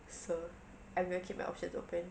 so I'm going to keep my options open